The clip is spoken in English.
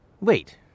Wait